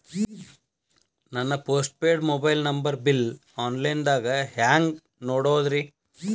ನನ್ನ postpaid mobile number bill, online ದಾಗ hang ನೋಡೋದ್ರಿ?